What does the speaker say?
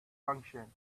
function